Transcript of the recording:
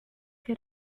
che